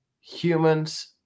humans